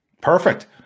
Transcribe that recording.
Perfect